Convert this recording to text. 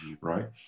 right